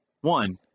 one